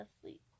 asleep